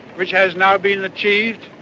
which has now been achieved,